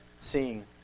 seeing